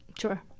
Sure